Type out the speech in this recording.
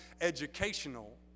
educational